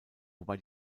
wobei